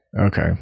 Okay